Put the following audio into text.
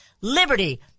liberty